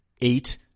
eight